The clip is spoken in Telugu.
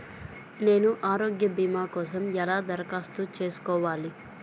నేను ఆరోగ్య భీమా కోసం ఎలా దరఖాస్తు చేసుకోవాలి?